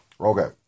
Okay